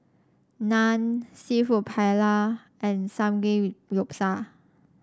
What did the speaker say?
Naan seafood Paella and Samgeyopsal